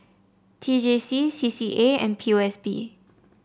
T J C C C A and P O S B